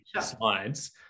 slides